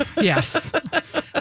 yes